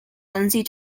lindsay